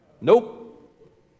Nope